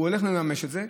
והוא הולך לממש את זה.